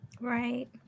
Right